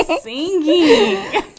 singing